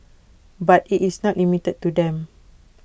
but IT is not limited to them